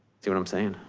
see what i'm saying